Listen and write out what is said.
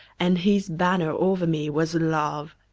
and his banner over me was love.